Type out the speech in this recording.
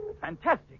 Fantastic